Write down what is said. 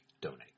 donate